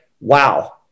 wow